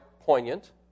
poignant